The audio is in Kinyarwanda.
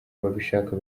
babishaka